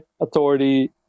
authority